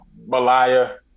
Malaya